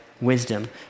wisdom